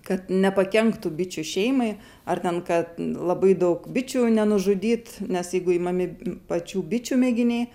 kad nepakenktų bičių šeimai ar ten ka labai daug bičių nenužudyt nes jeigu imami pačių bičių mėginiai